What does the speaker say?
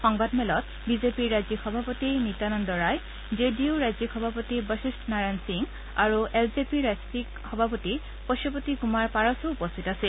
সংবাদমেলত বিজেপিৰ ৰাজ্যিক সভাপতি নিতানন্দ ৰায় জে ডি ইউৰ ৰাজ্যিক সভাপতি বশিষ্ঠ নাৰায়ণ সিং আৰু এল জে পিৰ ৰাজ্যিক সভাপতি পশুপতি কুমাৰ পাৰশো উপস্থিত আছিল